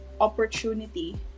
opportunity